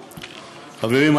חברים,